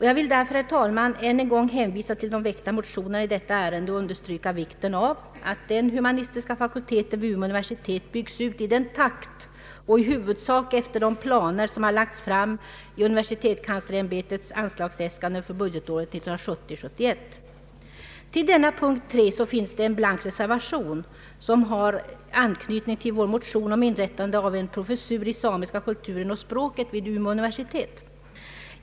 Jag vill därför, herr talman, än en gång hänvisa till de motioner som väckts i detta ärende och understryka vikten av att den humanistiska fakulteten vid Umeå universitet byggs ut i den takt och i huvudsak efter de planer som lagts fram i universitetskanslersämbetets anslagsäskanden för budgetåret 1970/71. Vid punkt 3 finns en blank reservation som har anknytning till en motion om inrättande av en professur i samiska kulturen och språket vid Umeå universitet.